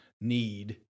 need